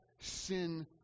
sin